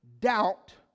doubt